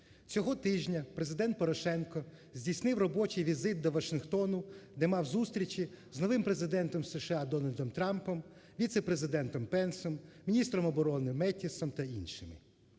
цього тижня Президент Порошенко здійснив робочий візит до Вашингтону, де мав зустрічі з новим Президентом США Дональдом Трампом, віце-президентом Пенсом, міністром оборони Метісом та іншими.